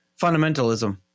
Fundamentalism